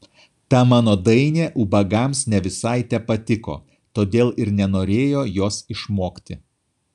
ta mano dainė ubagams ne visai tepatiko todėl ir nenorėjo jos išmokti